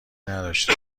نداشتم